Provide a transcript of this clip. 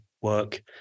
work